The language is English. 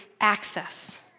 access